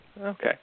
Okay